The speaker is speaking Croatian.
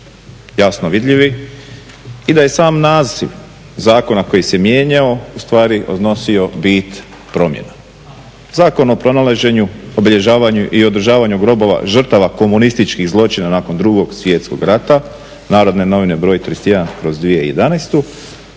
jasno vidljivi i da je sam naziv zakona koji se mijenjao ustvari odnosio bit promjena. Zakon o istraživanju, uređenju i održavanju grobova žrtava komunističkih zločina nakon 2.svjetskog rata NN br. 31/2011